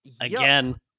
again